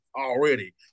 already